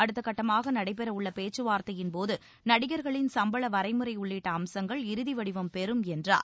அடுத்தகட்டமாக நடைபெற உள்ள பேச்சுவார்த்தையின்போது நடிகர்களின் சம்பள வரைமுறை உள்ளிட்ட அம்சங்கள் இறுதிவடிவம் பெறும் என்றார்